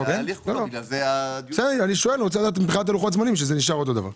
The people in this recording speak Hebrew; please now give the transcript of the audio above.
אני רוצה לדעת מבחינת לוחות זמנים שזה נשאר אותו דבר.